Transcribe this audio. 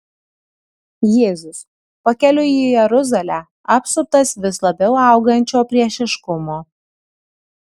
jėzus pakeliui į jeruzalę apsuptas vis labiau augančio priešiškumo